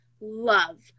love